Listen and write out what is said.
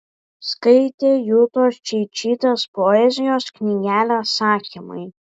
skaitė jutos čeičytės poezijos knygelę sakymai